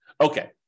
Okay